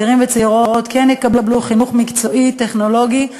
צעירים וצעירות כן יקבלו חינוך מקצועי טכנולוגי,